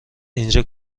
اینجا